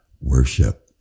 worship